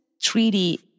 treaty